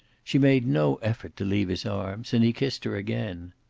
she made no effort to leave his arms, and he kissed her again.